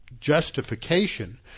justification